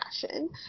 fashion